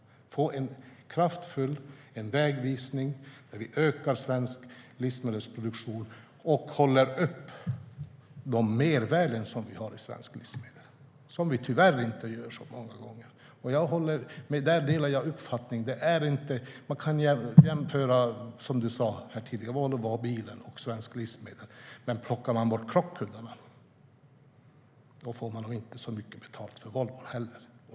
Genom en kraftfull vägvisning ska vi öka svensk livsmedelsproduktion och hålla fram de mervärden som svenska livsmedel har. Det gör vi tyvärr inte så ofta. Jag delar Ulf Bergs uppfattning. Man kan jämföra Volvobilar och svenska livsmedel. Men plockar man bort krockkuddarna får man nog inte så mycket betalt för Volvon.